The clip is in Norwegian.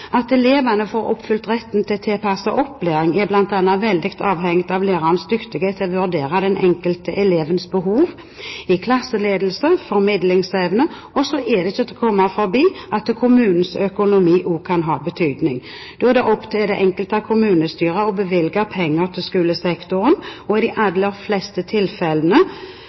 At elevene får oppfylt retten til tilpasset opplæring, er bl.a. veldig avhengig av lærernes dyktighet til å vurdere den enkelte elevens behov, i klasseledelse og formidlingsevne, og samtidig er det ikke til å komme forbi at kommunens økonomi også kan ha betydning. Da er det opp til det enkelte kommunestyret å bevilge penger til skolesektoren – i de aller fleste tilfellene